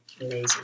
amazing